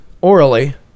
orally